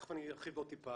ותיכף אני ארחיב עוד טיפה,